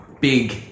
big